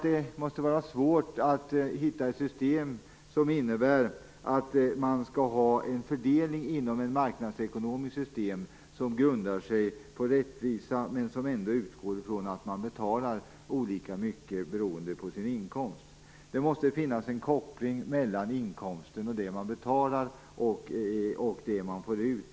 Det är svårt att hitta en lösning som innebär att man inom ett marknadsekonomiskt system kan ha en fördelning som grundar sig på rättvisa men som ändå utgår från att man betalar olika mycket beroende på sin inkomst. Om det skall vara ett försäkringssystem, måste det finnas en koppling mellan inkomsten och det man betalar och vad man får ut.